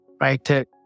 right